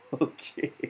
Okay